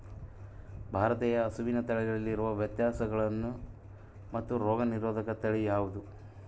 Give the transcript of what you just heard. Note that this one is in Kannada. ಭಾರತೇಯ ಹಸುವಿನ ತಳಿಗಳಲ್ಲಿ ಇರುವ ವ್ಯತ್ಯಾಸಗಳೇನು ಮತ್ತು ರೋಗನಿರೋಧಕ ತಳಿ ಯಾವುದು?